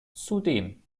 zudem